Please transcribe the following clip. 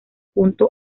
junto